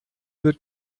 wird